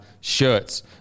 shirts